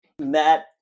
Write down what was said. Matt